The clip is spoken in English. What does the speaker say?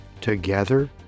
together